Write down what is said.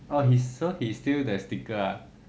oh he so he is still the sticker ah